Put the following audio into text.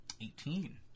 Eighteen